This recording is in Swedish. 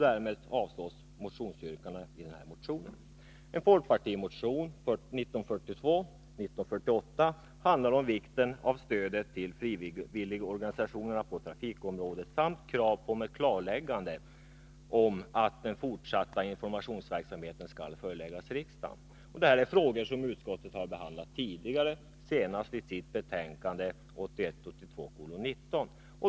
Därmed avstyrks yrkandena i nämnda motion. innehåller krav på att regeringens beslut om klarläggande av den fortsatta informationsverksamheten skall föreläggas riksdagen. Det här är frågor som utskottet har behandlat tidigare, senast i sitt betänkande 1981/82:19.